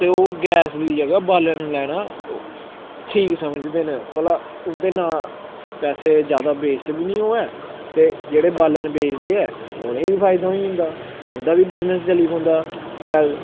ते ओह् गैस दी जगह् बालन लैना ओह् ठीक समझदे न भला उं'दे नां पैसे जैदा बेस्ट बी निं होऐ ते जेह्ड़े बालन बेचदे ऐ उ'नें गी बी फायदा होई जंदा उं'दा बी बिजनस चली पौंदा शैल